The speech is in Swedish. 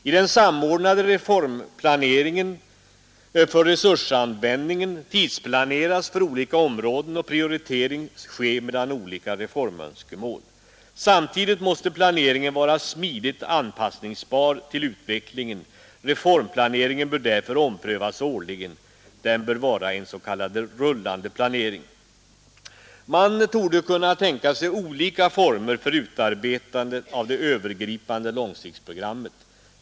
I den samordnade reformplaneringen bör resursanvändningen tidsplaneras för olika områden och prioritering ske mellan olika reformönskemål. Samtidigt måste planeringen vara smidigt anpassningsbar till utvecklingen. Reformplaneringen bör därför omprövas årligen — den bör vara en s.k. rullande planering. Man torde kunna tänka sig olika former för utarbetande av det övergripande långsiktsprogrammet.